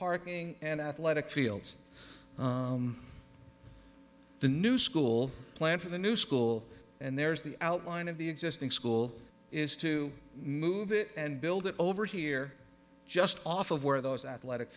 parking and athletic fields the new school planned for the new school and there's the outline of the existing school is to move it and build it over here just off of where those athletic